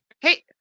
hey